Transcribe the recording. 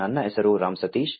ನನ್ನ ಹೆಸರು ರಾಮ್ ಸತೀಶ್